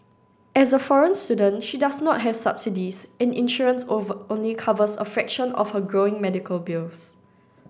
as a foreign student she does not have subsidies and insurance only covers a fraction of her growing medical bills